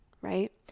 right